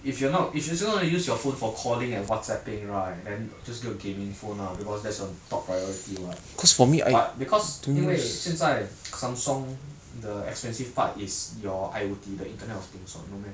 if you're not if you say you not going to use your phone for calling and Whatsapp-ing right then just get gaming phone ah because that's your top priority what but because 因为现在 Samsung the expensive part is your I_O_T the internet of things [what] no meh